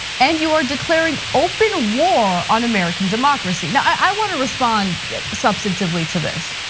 and you are declaring open war on american democracy. now, i wanna respond substantively to this.